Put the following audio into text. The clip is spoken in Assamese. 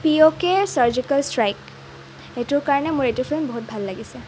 P O K surgical strike সেইটোৰ কাৰণে মোৰ এইটো ফিল্ম বহুত ভাল লাগিছে